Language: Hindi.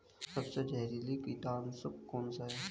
सबसे जहरीला कीटनाशक कौन सा है?